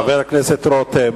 חבר הכנסת רותם,